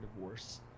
divorce